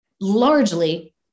largely